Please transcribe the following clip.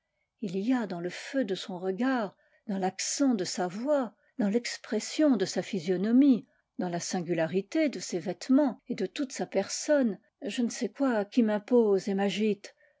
il y a dans le feu de son regard dans l'accent de sa voix dans l'expression de sa physionomie dans la singularité de ses vêtements et de toute sa personne je ne sais quoi qui m'impose et m'agite